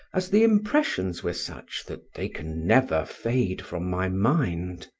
as the impressions were such that they can never fade from my mind.